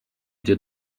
did